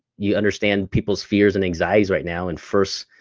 you understand people's fears and anxieties right now and first,